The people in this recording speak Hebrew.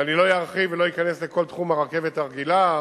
ואני לא ארחיב ולא אכנס לכל תחום הרכבת הרגילה,